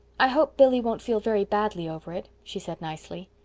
i hope billy won't feel very badly over it, she said nicely.